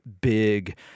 big